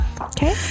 Okay